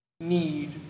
need